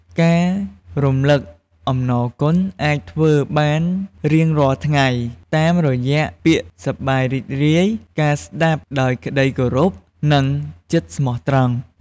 ការរំលឹកអំណរគុណអាចធ្វើបានរៀងរាល់ថ្ងៃ តាមរយៈពាក្យសប្បាយរីករាយ ការស្តាប់ដោយក្តីគោរព និងចិត្តស្មោះត្រង់។